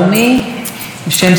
חברת הכנסת קארין אלהרר,